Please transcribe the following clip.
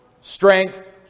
strength